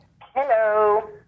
Hello